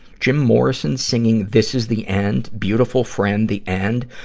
jim morrison singing, this is the end, beautiful friend, the end?